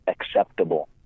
acceptable